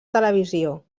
televisió